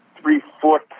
three-foot